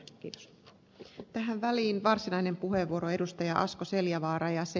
kiitos ja tähän väliin varsinainen puheenvuoro edustaja asko seljavaara ja se